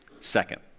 second